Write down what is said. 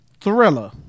Thriller